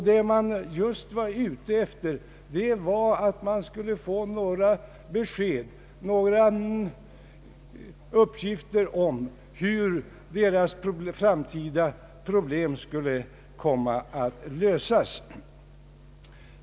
De var just ute efter att få några besked, några uppgifter om hur deras framtida problem skulle komma att lö Sas.